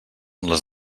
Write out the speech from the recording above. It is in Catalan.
les